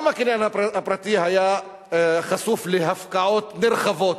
גם הקניין הפרטי היה חשוף להפקעות נרחבות,